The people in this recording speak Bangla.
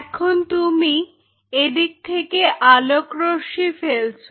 এখন তুমি এদিক থেকে আলোকরশ্মি ফেলছো